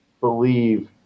believe